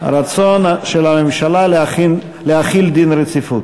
הרצון של הממשלה להחיל דין רציפות